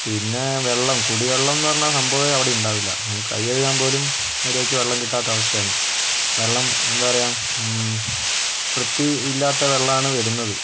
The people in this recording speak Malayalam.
പിന്നെ വെള്ളം കുടിവെള്ളം എന്ന് പറഞ്ഞ സംഭവമേ അവിടെ ഉണ്ടാവില്ല കൈ കഴുകാൻ പോലും മര്യാദയ്ക്ക് വെള്ളം കിട്ടാത്ത അവസ്ഥയാണ് വെള്ളം എന്താ പറയുക വൃത്തി ഇല്ലാത്ത വെള്ളമാണ് വരുന്നത്